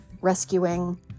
rescuing